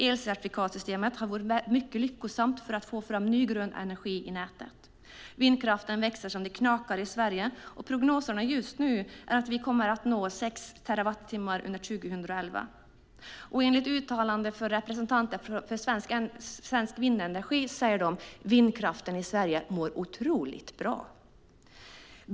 Elcertifikatssystemet har varit mycket lyckosamt för att få fram ny grön energi i nätet. Vindkraften växer så det knakar i Sverige, och prognosen just nu är att vi kommer att nå sex terawattimmar under 2011. Enligt uttalanden av representanter för svensk vindenergi mår vindkraften i Sverige otroligt bra.